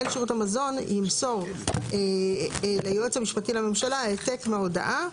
שירות המזון ימסור ליועץ המשפטי לממשלה העתק מההודעה,